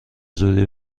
زودی